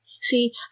See